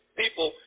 people